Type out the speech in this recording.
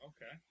Okay